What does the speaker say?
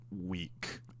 week